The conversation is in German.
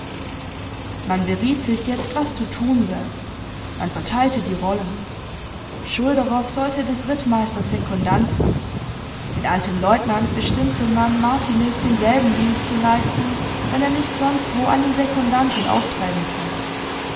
man beriet sich jetzt was zu tun sei man verteilte die rollen schulderoff sollte des rittmeisters sekundant sein den alten leutnant bestimmte man martiniz denselben dienst zu leisten wenn er nicht sonstwo einen sekundanten auftreiben könnte